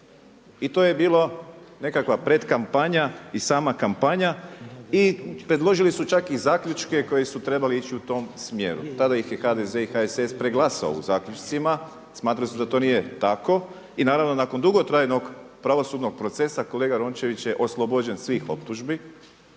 i to je bilo nekakva pred kampanja i sama kampanja i predložili su čak i zaključke koji su trebali ići u tom smjeru. Tada ih je HDZ i HSS preglasao u zaključcima, smatrali su da to nije tako i naravno nakon dugotrajnog pravosudnog procesa kolega Rončević je oslobođen svih optužbi.